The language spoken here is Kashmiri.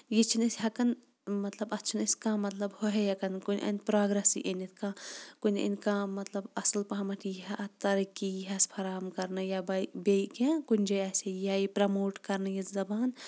یہِ چھِ نہٕ أسۍ ہٮ۪کان مطلب اَتھ چھِنہٕ أسۍ کانہہ مطلب ہو ہے ہٮ۪کان کُنہِ اَندٕ پروگریسٕے أنِتھ کانہہ کنہِ یِن کانہہ مطلب اَصٕل پَہمَتھ ییٖہا کانہہ ترقی ییٖہس فراہَم کرنہٕ یا بے بیٚیہِ کیٚنہہ کُنہِ جایہِ آسہِ ہا یا یہِ پرموٹ کرنہٕ یہِ زَبان